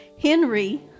Henry